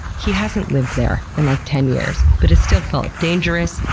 he hasn't lived there in, like, ten years, but it still felt dangerous,